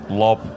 lob